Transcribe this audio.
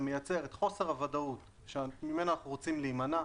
זה מייצר את חוסר הוודאות שממנה אנחנו רוצים להימנע.